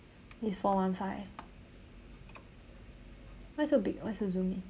this is four one five why so big why so zoomed in